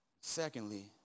Secondly